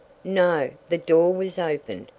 no, the door was opened,